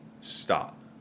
stop